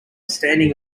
standing